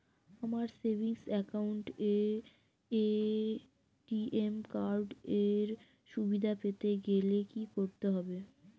আমার savings account এ ATM card এর সুবিধা পেতে গেলে কি করতে হবে?